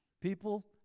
People